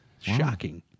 Shocking